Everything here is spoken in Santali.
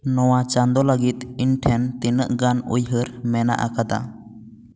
ᱱᱚᱣᱟ ᱪᱟᱸᱱᱫᱳ ᱞᱟᱹᱜᱤᱫ ᱤᱧᱴᱷᱮᱱ ᱛᱤᱱᱟᱹᱜ ᱜᱟᱱ ᱩᱭᱦᱟᱹᱨ ᱢᱮᱱᱟᱜ ᱟᱠᱟᱫᱟ